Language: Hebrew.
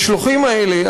המשלוחים האלה,